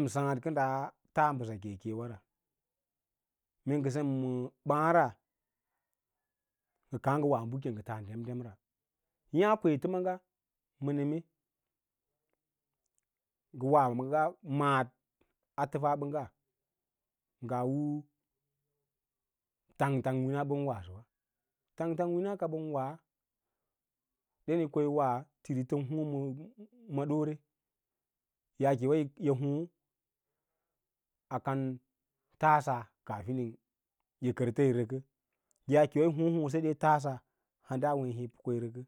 Sem sǎǎd kə daa tas mbəss keke wara mee ngə sem ma ɓǎǎra ngə kaã ngə wa bəka ngə tas dem ra ye a kwetə maaga ma neme ngə wa maaga maɗ a təfagɓangga nga u tang tang wina ɓən wasəwa, tang tang wina ka ɓən wa den yi ko yi wa, tírí ka tən tom təm hoho ma ɗoore yaake wa vo ho akan tass kaafidin vo kərtə yu rəkə yaake wa yin hoho seda tasa handa weẽ hâ pə ko yi rəkə